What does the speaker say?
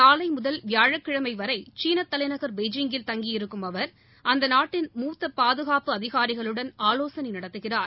நாளைமுதல் வியாழக்கிழமைவரைசீனத்தலைநகா் பெய்ஜிங்கில் தங்கியிருக்கும் அவா் அந்தநாட்டின் மூத்தபாதுகாப்பு அதிகாரிகளுடன் ஆலோசனைநடத்துகிறார்